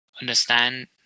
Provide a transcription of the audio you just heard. understand